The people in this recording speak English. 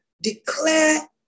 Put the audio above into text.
declare